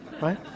right